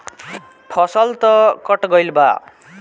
फसल तऽ कट गइल बा